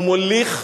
הוא מוליך,